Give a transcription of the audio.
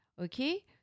Okay